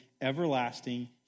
everlasting